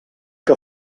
que